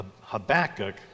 Habakkuk